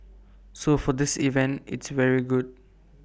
so for this event it's very good